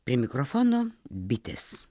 prie mikrofono bitės